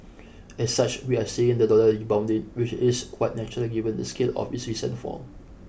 as such we are seeing the dollar rebounding which is quite natural given the scale of its recent fall